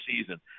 season